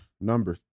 number